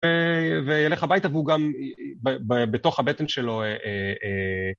וילך הביתה והוא גם בתוך הבטן שלו...